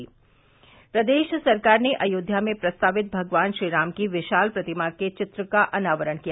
स स स प्रदेश सरकार ने अयोध्या में प्रस्तावित भगवान श्रीराम की विशाल प्रतिमा के चित्र का अनावरण किया